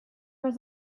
was